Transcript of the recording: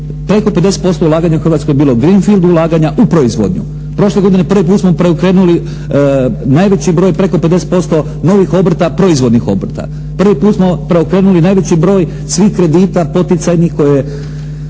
preko 50% ulaganja u Hrvatskoj bilo "green field" ulaganja u proizvodnju. Prošle godine prvi put smo preokrenuli najveći broj preko 50% novih obrta, proizvodnih obrta. Prvi put smo preokrenuli najveći broj svih kredita poticajnih koje